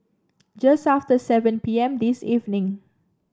just after seven P M this evening